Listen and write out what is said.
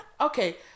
okay